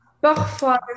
parfois